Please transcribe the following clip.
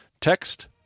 Text